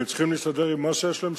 והם צריכים להסתדר עם מה שיש להם,